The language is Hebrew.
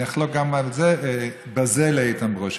אני אחלוק גם בזה על איתן ברושי.